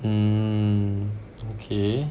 um okay